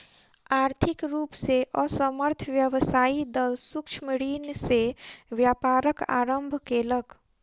आर्थिक रूप से असमर्थ व्यवसायी दल सूक्ष्म ऋण से व्यापारक आरम्भ केलक